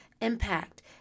impact